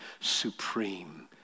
supreme